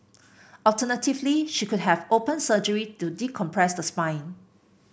alternatively she could have open surgery to decompress the spine